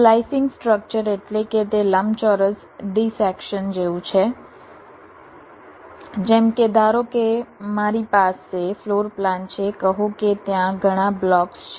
slicing structure એટલે કે તે લંબચોરસ ડિસેક્શન જેવું છે જેમ કે ધારો કે મારી પાસે ફ્લોર પ્લાન છે કહો કે ત્યાં ઘણા બ્લોક્સ છે